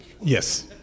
Yes